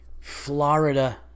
Florida